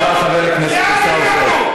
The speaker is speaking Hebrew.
תודה רבה, חבר הכנסת עיסאווי פריג'.